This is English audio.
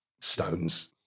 stones